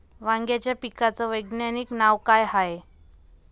वांग्याच्या पिकाचं वैज्ञानिक नाव का हाये?